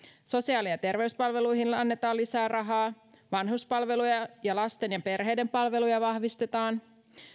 sosiaali ja terveyspalveluihin annetaan lisää rahaa vanhuspalveluja ja ja lasten ja perheiden palveluja vahvistetaan